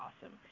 Awesome